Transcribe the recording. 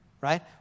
Right